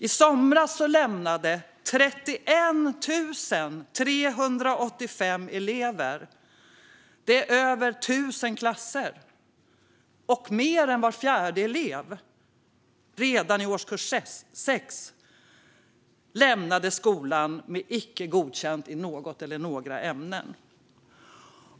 I somras lämnade 31 385 elever - det är över tusen klasser och mer än var fjärde elev - skolan redan i årskurs 6 med icke godkänt i något eller några ämnen.